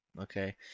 okay